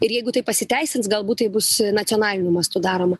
ir jeigu tai pasiteisins galbūt tai bus nacionaliniu mastu daroma